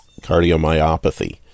cardiomyopathy